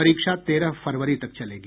परीक्षा तेरह फरवरी तक चलेगी